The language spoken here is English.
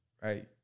right